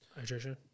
Hydration